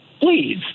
please